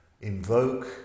invoke